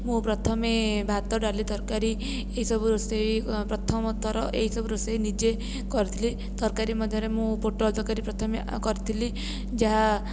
ମୁଁ ପ୍ରଥମେ ଭାତ ଡାଲି ତରକାରୀ ଏହିସବୁ ରୋଷେଇ ପ୍ରଥମଥର ଏହିସବୁ ରୋଷେଇ ନିଜେ କରିଥିଲି ତରକାରୀ ମଧ୍ୟରେ ମୁଁ ପୋଟଳ ତରକାରୀ ପ୍ରଥମେ ଆ କରିଥିଲି ଯାହା